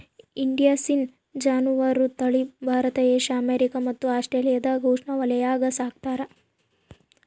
indicine ಜಾನುವಾರು ತಳಿ Bharat Asia America ಮತ್ತು ಆಸ್ಟ್ರೇಲಿಯಾದ ಉಷ್ಣವಲಯಾಗ ಸಾಕ್ತಾರ